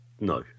no